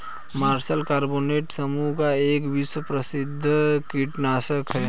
martial carbonate समूह का एक विश्व प्रसिद्ध कीटनाशक है